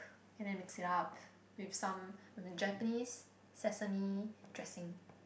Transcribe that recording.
and then mixed it up with some Japanese sesame dressing